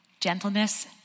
gentleness